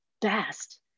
best